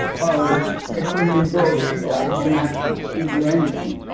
our equipment broke, so i cannot give you anything.